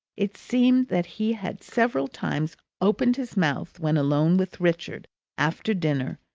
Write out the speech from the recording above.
it seemed that he had several times opened his mouth when alone with richard after dinner,